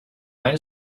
might